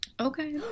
okay